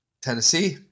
Tennessee